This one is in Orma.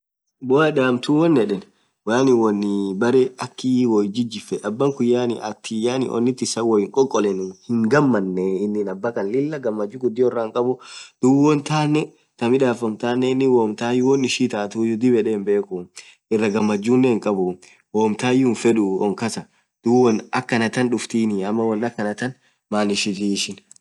boredom thun won yedhen yaani woni akha berre akhii woithijijifethn abakhun yaani onnit issan woiniii khokholenu hingamane Lilah ghamachu ghudio irra hinkhabu dhub won taane thaa midhafamthane inin womtaayyu wonn ishini ithathuyu hinbekhu iraa ghamachuyu hinkabhuu wom tayyu hinfedhu onn khasaa dhub won akhanath dhufithin